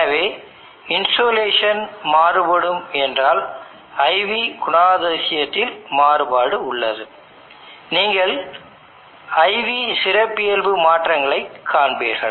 எனவே இன்சோலேஷன் மாறுபடும் என்றால் IV குணாதிசயத்தில் மாறுபாடு உள்ளது நீங்கள் IV சிறப்பியல்பு மாற்றங்களைக் காண்பீர்கள்